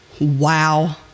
Wow